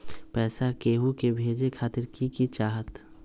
पैसा के हु के भेजे खातीर की की चाहत?